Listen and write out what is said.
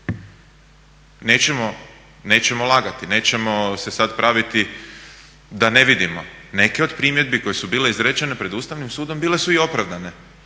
nećemo lagati, nećemo se sada praviti da ne vidimo. Neke od primjedbi koje su bile izrečene pred Ustavnim sudom bile su i opravdane